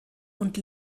und